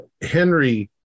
Henry